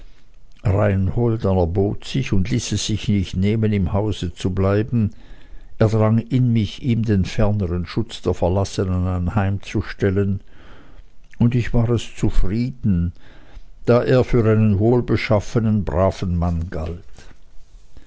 anerbot sich und ließ es sich nicht nehmen im hause zu bleiben er drang in mich ihm den fernern schutz der verlassenen anheimzustellen und ich war es zufrieden da er für einen wohlbeschaffenen braven mann galt